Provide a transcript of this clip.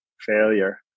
failure